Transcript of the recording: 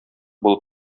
булып